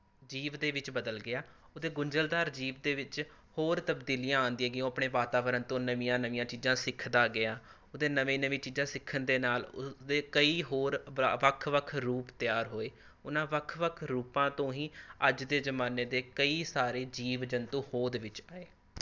ਜੀਵ ਦੇ ਵਿੱਚ ਬਦਲ ਗਿਆ ਉਹਦੇ ਗੁੰਝਲਦਾਰ ਜੀਵ ਦੇ ਵਿੱਚ ਹੋਰ ਤਬਦੀਲੀਆਂ ਆਉਂਦੀਆਂ ਗਈਆਂ ਉਹ ਆਪਣੇ ਵਾਤਾਵਰਨ ਤੋਂ ਨਵੀਆਂ ਨਵੀਆਂ ਚੀਜ਼ਾਂ ਸਿੱਖਦਾ ਗਿਆ ਉਹਦੇ ਨਵੇਂ ਨਵੇਂ ਚੀਜ਼ਾਂ ਸਿੱਖਣ ਦੇ ਨਾਲ ਉਸਦੇ ਕਈ ਹੋਰ ਬਰਾ ਵੱਖ ਵੱਖ ਰੂਪ ਤਿਆਰ ਹੋਏ ਉਹਨਾਂ ਵੱਖ ਵੱਖ ਰੂਪਾਂ ਤੋਂ ਹੀ ਅੱਜ ਦੇ ਜ਼ਮਾਨੇ ਦੇ ਕਈ ਸਾਰੇ ਜੀਵ ਜੰਤੂ ਹੋਂਦ ਵਿੱਚ ਆਏ